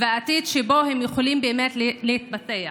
עתיד שבו הם יכולים באמת להתפתח.